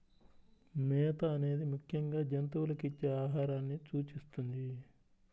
మేత అనేది ముఖ్యంగా జంతువులకు ఇచ్చే ఆహారాన్ని సూచిస్తుంది